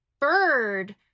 bird